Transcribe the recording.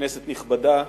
כנסת נכבדה,